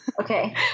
Okay